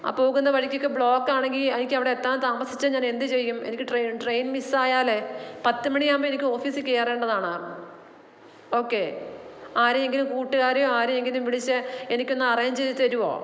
അ പോകുന്ന വഴിക്കൊക്കെ ബ്ലോക്കാണെങ്കിൽ എനിക്കവിടെ എത്താൻ താമസിച്ചാൽ ഞാനെന്ത് ചെയ്യും എനിക്ക് ട്രെയിൻ ട്രെയിൻ മിസ്സായാലെ പത്ത് മണിയാകുമ്പം എനിക്ക് ഓഫീസിൽ കയറേണ്ടതാണ് ഓക്കെ ആരെയെങ്കിലും കൂട്ടുകാരെയോ ആരെയെങ്കിലും വിളിച്ച് എനിക്കൊന്ന് അറേഞ്ച് ചെയ്ത് തരുമോ